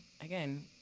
again